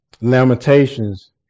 Lamentations